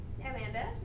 Amanda